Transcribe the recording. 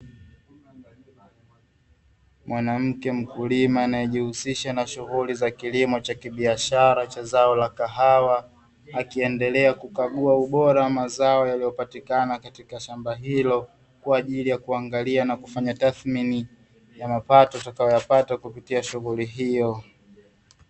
Mwanamke mkulima anayejihusisha na shughuli za kilimo cha kibiashara cha zao la kahawa, akiendelea kukagua ubora wa mazao yaliopatikana katika shamba hilo; kwa ajili ya kuangalia na kufanya tathimini ya mapato atakayoyapata kupitia shughuli hiyo.